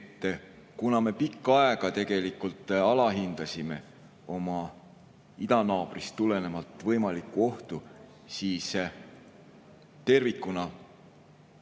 et kuna me pikka aega tegelikult alahindasime oma idanaabrist tulenevat võimalikku ohtu, siis juba